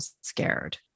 scared